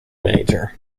major